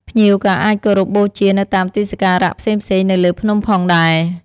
ភ្ញៀវក៏អាចគោរពបូជានៅតាមទីសក្ការៈផ្សេងៗនៅលើភ្នំផងដែរ។